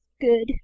Good